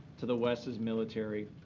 to the west is military.